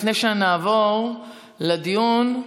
לפני שנעבור לדיון,